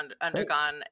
undergone